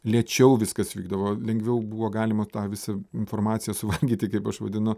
lėčiau viskas vykdavo lengviau buvo galima tą visą informaciją suvalgyti kaip aš vadinu